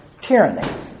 tyranny